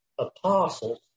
apostles